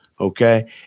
Okay